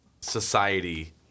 society